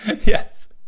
Yes